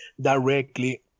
directly